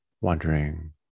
wondering